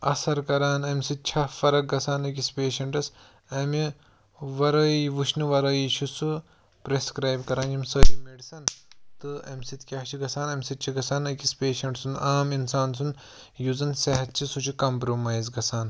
اَثر کَران امہِ سۭتۍ چھا فرق گژھان أکِس پیشَنٹَس امہِ وَرٲیی وُچھنہٕ وَرٲیی چھُ سُہ پرٛیٚسکرایب کَران یِم سٲری میٚڈِسَن تہٕ اَمہِ سۭتۍ کیاہ چھُ گَژھان اَمہِ سۭتۍ چھِ گژھان أکِس پیشَنٹ سُنٛد عام اِنسان سُنٛد یُس زَن صحت چھُ سُہ چھُ کَمپرٛومایز گَژھان